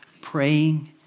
praying